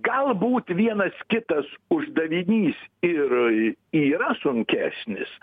galbūt vienas kitas uždavinys ir yra sunkesnis